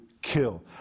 kill